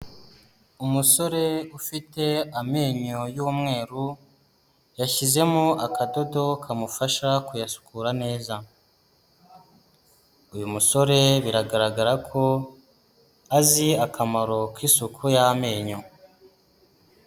Umusore ufite amenyo y'umweru, yashyizemo akadodo kamufasha kuyasukura neza, uyu musore biragaragara ko azi isuku y'amenyo.